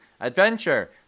Adventure